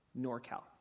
NorCal